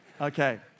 Okay